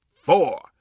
four